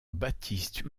baptiste